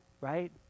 right